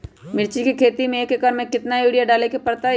मिर्च के खेती में एक एकर में कितना यूरिया डाले के परतई?